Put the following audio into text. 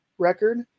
record